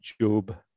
job